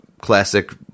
classic